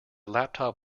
laptop